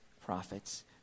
prophets